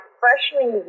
freshman